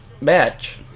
match